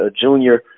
junior